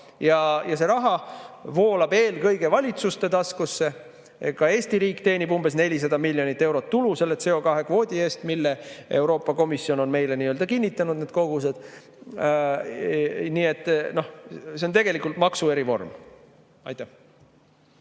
See raha voolab eelkõige valitsuste taskusse. Ka Eesti riik teenib umbes 400 miljonit eurot tulu selle CO2kvoodi eest, mille Euroopa Komisjon on meile kinnitanud, need kogused. Nii et see on tegelikult maksu erivorm. Kalle